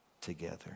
together